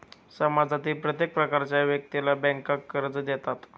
समाजातील प्रत्येक प्रकारच्या व्यक्तीला बँका कर्ज देतात